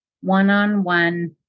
one-on-one